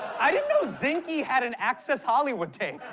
i didn't know zinke had an access hollywood tape.